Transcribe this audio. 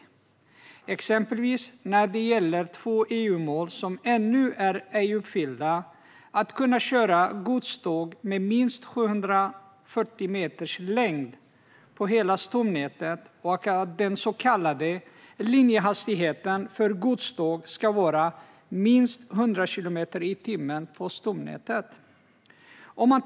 Det gäller exempelvis två EU-mål som ännu inte är uppfyllda, nämligen att kunna köra godståg med minst 740 meters längd på hela stomnätet och att den så kallade linjehastigheten för godståg ska vara minst 100 kilometer per timme på stomnätet.